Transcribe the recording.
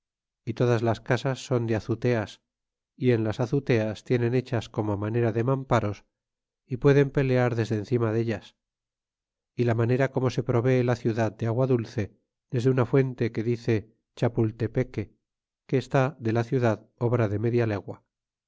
y todas las casas son de azuteas y en las azuteas tienen hechas como á manera de mamparos y pueden pelear desde encima deltas y la manera como se provee la ciudad de agua dulce desde una fuente que se dice chapultepeque que está de la ciudad obra de media legua